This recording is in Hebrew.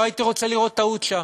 לא הייתי רוצה לראות טעות שם.